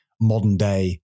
modern-day